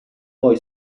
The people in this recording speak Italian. poi